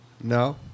No